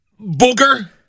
Booger